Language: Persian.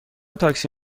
تاکسی